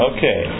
Okay